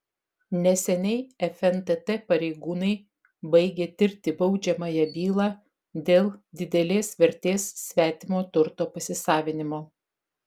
neseniai fntt pareigūnai baigė tirti baudžiamąją bylą dėl didelės vertės svetimo turto pasisavinimo